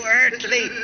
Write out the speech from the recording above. earthly